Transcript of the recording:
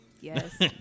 Yes